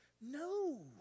No